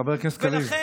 חבר הכנסת קריב.